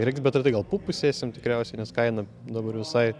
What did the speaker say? irgi bet ir tai gal pupų sėsim tikriausiai nes kaina dabar visai